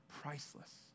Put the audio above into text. priceless